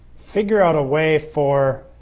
figure out a way for